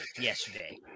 yesterday